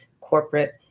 corporate